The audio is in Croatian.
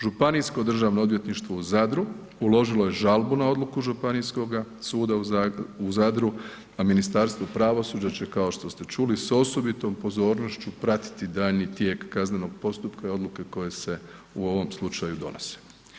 Županijsko državno odvjetništvo u Zadru uložilo je žalbu na odluku Županijskoga suda u Zadru a Ministarstvo pravosuđa će kao što ste čuli sa osobitom pozornošću pratiti daljnji tijek kaznenog postupka i odluke koje se u ovom slučaju donose.